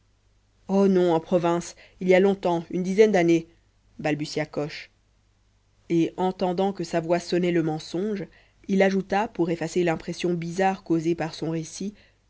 oh non en province il y a longtemps une dizaine d'années balbutia coche et entendant que sa voix sonnait le mensonge il ajouta pour effacer l'impression bizarre causée par son récit